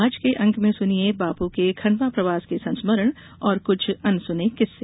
आज के अंक में सुनिए बापू के खंडवा प्रवास के संस्मरण और कुछ अनसुने किस्से